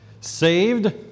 saved